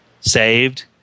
saved